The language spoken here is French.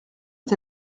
est